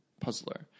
puzzler